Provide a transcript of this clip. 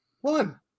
one